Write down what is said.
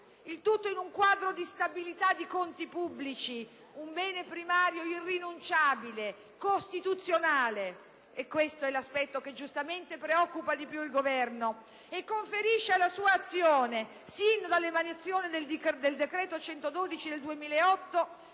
Il tutto in un quadro di stabilità dei conti pubblici, un bene primario irrinunciabile, costituzionale. Questo è l'aspetto che giustamente preoccupa di più il Governo e conferisce alla sua azione, sino dall'emanazione del decreto-legge n. 112 del 2008,